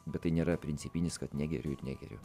bet tai nėra principinis kad negeriu ir negeriu